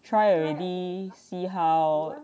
try already see how